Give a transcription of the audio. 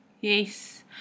Yes